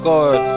God